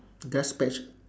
grass patch